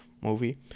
movie